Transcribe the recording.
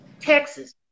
Texas